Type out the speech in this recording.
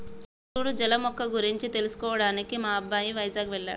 సూడు జల మొక్క గురించి తెలుసుకోవడానికి మా అబ్బాయి వైజాగ్ వెళ్ళాడు